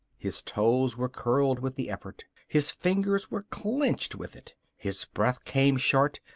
his toes were curled with the effort. his fingers were clenched with it. his breath came short,